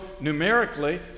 numerically